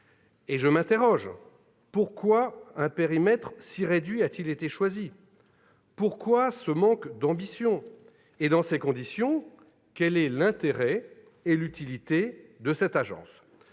Premier ministre. Pourquoi un périmètre si réduit a-t-il été choisi ? Pourquoi un tel manque d'ambition ? Dans ces conditions, quels sont l'intérêt et l'utilité de cette agence ?